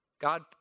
God